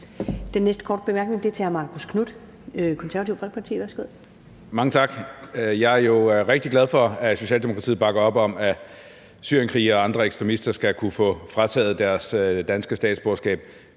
Den næste korte bemærkning er til hr. Marcus Knuth, Det Konservative Folkeparti. Værsgo. Kl. 12:35 Marcus Knuth (KF): Mange tak. Jeg er jo rigtig glad for, at Socialdemokratiet bakker op om, at syrienskrigere og andre ekstremister skal kunne få frataget deres danske statsborgerskab.